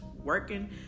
working